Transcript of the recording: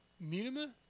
Minima